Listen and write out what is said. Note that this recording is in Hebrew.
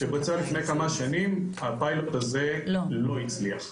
זה בוצע לפני כמה שנים, והפיילוט הזה לא הצליח.